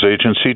Agency